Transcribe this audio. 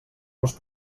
los